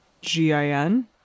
G-I-N